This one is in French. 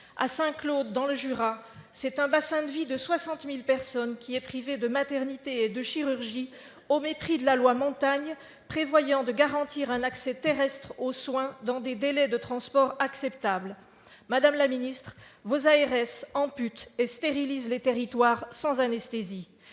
À Saint-Claude, dans le Jura, c'est un bassin de vie de 60 000 personnes qui est privé de maternité et de chirurgie, au mépris de la loi Montagne ; celle-ci prévoit de garantir un accès terrestre aux soins dans des délais de transports acceptables. Madame la ministre, vos ARS amputent et stérilisent les territoires sans anesthésie.